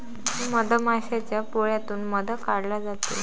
मधमाशाच्या पोळ्यातून मध काढला जातो